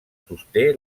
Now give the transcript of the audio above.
sosté